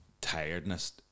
tiredness